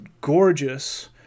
gorgeous